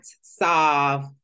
solve